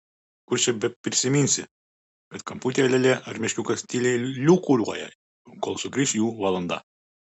kur čia beprisiminsi kad kamputyje lėlė ar meškiukas tyliai lūkuriuoja kol sugrįš jų valanda